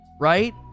Right